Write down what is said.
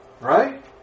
Right